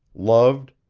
loved,